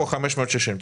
יש כאן 560 דפים.